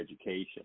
education